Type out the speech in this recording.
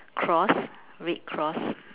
cross red cross